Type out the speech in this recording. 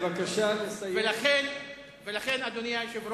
ולכן, אדוני היושב ראש,